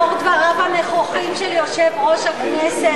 לאור דבריו הנכוחים של יושב-ראש הכנסת,